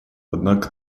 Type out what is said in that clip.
однако